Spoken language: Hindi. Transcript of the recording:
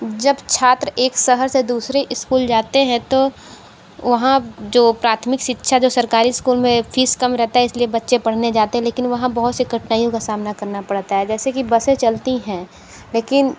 जब छात्र एक शहर से दूसरे स्कूल जाते हैं तो वहाँ जो प्राथमिक शिक्षा जो सरकारी स्कूल में फ़ीस कम रहता है इसलिए बच्चे पढ़ने जाते है लेकिन वहाँ बहुत से कठिनाइयों का सामना करना पड़ता है जैसे कि बसें चलती हैं लेकिन